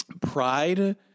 pride